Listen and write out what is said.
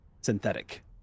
synthetic